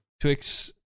Twix